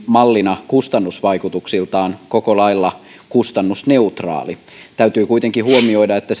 mallina kustannusvaikutuksiltaan koko lailla kustannusneutraali täytyy kuitenkin huomioida että